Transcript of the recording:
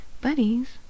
buddies